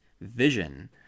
vision